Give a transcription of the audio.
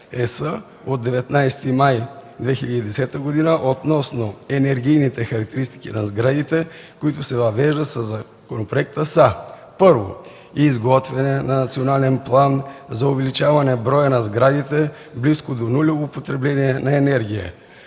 от 19 май 2010 г. относно енергийните характеристики на сградите, които се въвеждат със законопроекта, са: Първо, изготвяне на Национален план за увеличаване броя на сградите с близко до нулево потребление на енергия.